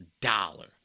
dollar